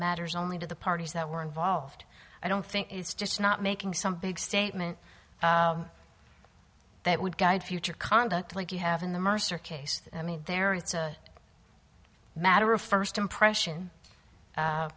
matters only to the parties that were involved i don't think is just not making some big statement that would guide future conduct like you have in the mercer case i mean there it's a matter of first impression